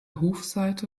hofseite